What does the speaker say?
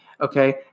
okay